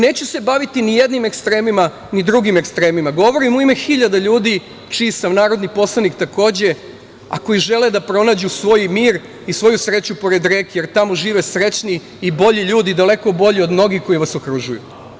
Neću se baviti ni jednim ekstremima, ni drugim ekstremima, govorim u ime hiljada ljudi čiji sam narodni poslanik, takođe, a koji žele da pronađu svoj mir i svoju sreću pored reke, jer tamo žive srećni i bolji ljudi, daleko bolji od mnogih koji vas okružuju.